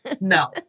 No